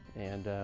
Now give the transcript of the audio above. and